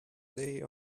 day